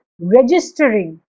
registering